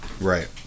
Right